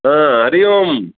हा हरिः ओम्